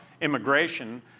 immigration